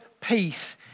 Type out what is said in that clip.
peace